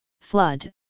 flood